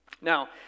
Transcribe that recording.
Now